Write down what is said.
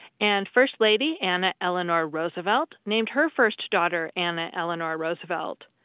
and first lady anna eleanor roosevelt named her first daughter anna eleanor roosevelt.